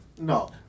No